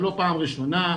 זה לא פעם ראשונה,